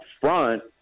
front